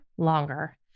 longer